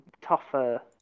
tougher